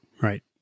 Right